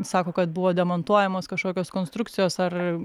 sako kad buvo demontuojamos kažkokios konstrukcijos ar